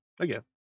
again